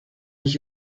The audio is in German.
ich